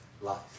life